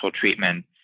treatment